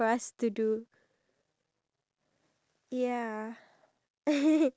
we both can live a positive plus